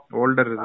older